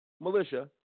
militia